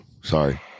Sorry